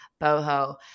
Boho